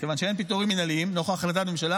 כיוון שאין פיטורים מינהליים נוכח החלטת הממשלה,